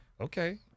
Okay